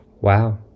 Wow